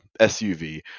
SUV